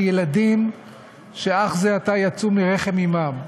על ילדים שאך זה עתה יצאו מרחם אמם,